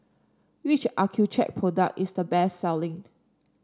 which Accucheck product is the best selling